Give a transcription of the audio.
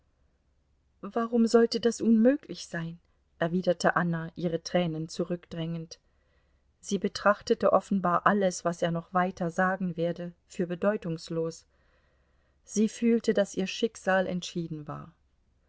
warum sollte das unmöglich sein erwiderte anna ihre tränen zurückdrängend sie betrachtete offenbar alles was er noch weiter sagen werde für bedeutungslos sie fühlte daß ihr schicksal entschieden war